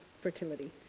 fertility